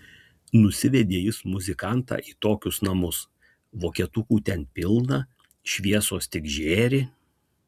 nusivedė jis muzikantą į tokius namus vokietukų ten pilna šviesos tik žėri